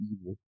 evil